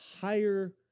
higher